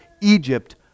Egypt